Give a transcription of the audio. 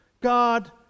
God